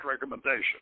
recommendation